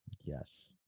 yes